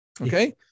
okay